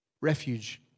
Refuge